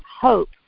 hope